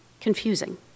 confusing